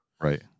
right